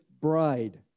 bride